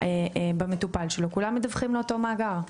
במטופל שלו כולם מדווחים לאותו מאגר.